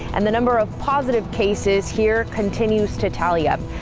and the number of positive cases here continues to tally up.